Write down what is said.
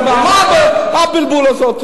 כשאין לך מה לענות, אל תבלבל לי את הראש.